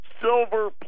silver